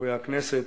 חברי הכנסת,